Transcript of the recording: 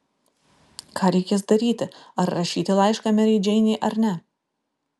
ką reikės daryti ar rašyti laišką merei džeinei ar ne